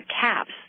caps